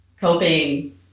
coping